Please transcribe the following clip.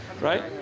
Right